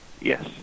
Yes